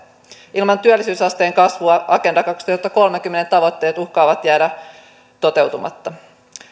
ilman työllisyysasteen kasvua agenda kaksituhattakolmekymmentän tavoitteet uhkaavat jäädä toteutumatta